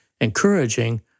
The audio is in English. encouraging